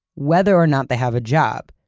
whether or not they have a job.